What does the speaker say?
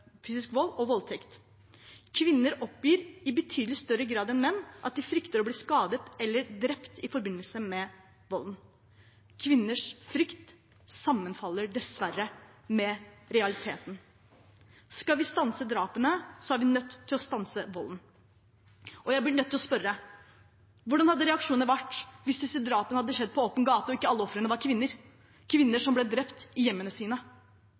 fysisk vold og voldtekt. Kvinner oppgir i betydelig større grad enn menn at de frykter å bli skadet eller drept i forbindelse med volden. Kvinners frykt sammenfaller dessverre med realiteten. Skal vi stanse drapene, er vi nødt til å stanse volden. Jeg blir nødt til å spørre: Hvordan hadde reaksjonene vært hvis disse drapene hadde skjedd på åpen gate og ikke alle ofrene var kvinner, kvinner som ble drept i